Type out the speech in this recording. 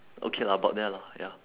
okay lah about there lah ya